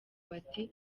bati